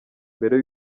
mbere